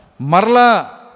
Marla